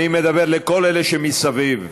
אני מדבר לכל אלה שמסביב,